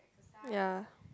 ya